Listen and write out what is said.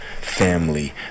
family